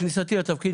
בכניסתי לתפקיד,